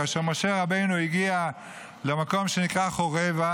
כאשר משה רבנו הגיע למקום שנקרא חורב,